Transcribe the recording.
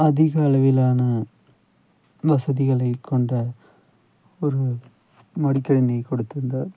அதிக அளவிலான வசதிகளைக் கொண்ட ஒரு மடிக்கணினி கொடுத்திருந்தார்